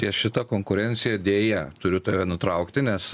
ties šita konkurencija deja turiu tave nutraukti nes